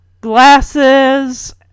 glasses